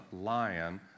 Lion